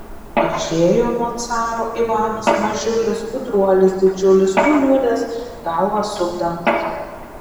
išėjo nuo caro ivanas mažiulis gudruolis didžiulis nuliūdęs galvą sukdamas